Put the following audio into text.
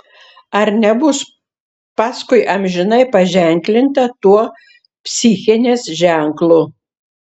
ar nebus paskui amžinai paženklinta tuo psichinės ženklu